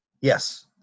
Yes